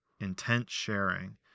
intent-sharing